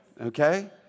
Okay